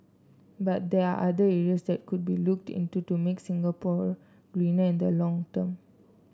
but there are other areas that could be looked into to make Singapore greener in the long term